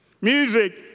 Music